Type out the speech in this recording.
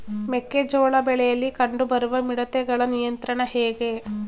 ಮೆಕ್ಕೆ ಜೋಳ ಬೆಳೆಯಲ್ಲಿ ಕಂಡು ಬರುವ ಮಿಡತೆಗಳ ನಿಯಂತ್ರಣ ಹೇಗೆ?